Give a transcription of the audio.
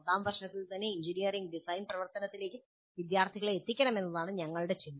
ഒന്നാം വർഷത്തിൽ തന്നെ എഞ്ചിനീയറിംഗ് ഡിസൈൻ പ്രവർത്തനത്തിലേക്ക് വിദ്യാർത്ഥികളെ എത്തിക്കണമെന്നാണ് ഞങ്ങളുടെ ചിന്ത